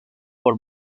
por